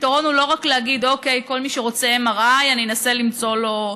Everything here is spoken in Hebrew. הפתרון הוא לא רק להגיד: כל מי שרוצה MRI אני אנסה למצוא לו.